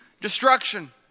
destruction